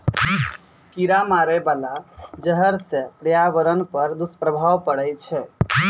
कीरा मारै बाला जहर सँ पर्यावरण पर दुष्प्रभाव पड़ै छै